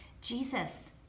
Jesus